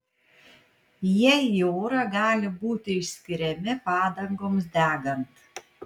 jie į orą gali būti išskiriami padangoms degant